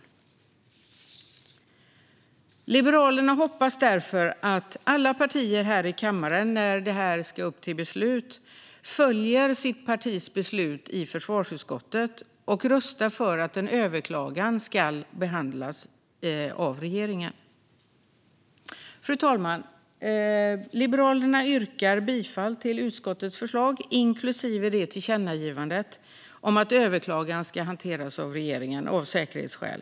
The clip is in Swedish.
Liberalerna hoppas därför att alla partier här i kammaren när detta ska upp till beslut följer sitt partis beslut i försvarsutskottet och röstar för att en överklagan ska behandlas av regeringen. Fru talman! Jag vill för Liberalernas del yrka bifall till utskottets förslag, inklusive tillkännagivandet om att en överklagan ska hanteras av regeringen av säkerhetsskäl.